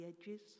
edges